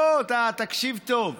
לא, תקשיב טוב.